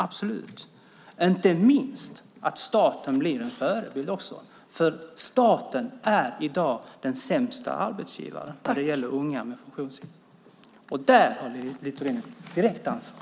Inte minst viktigt är att staten blir en förebild. Staten är i dag den sämsta arbetsgivaren när det gäller unga med funktionsnedsättning, och där har Littorin direkt ansvar.